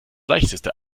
leichteste